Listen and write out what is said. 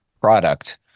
product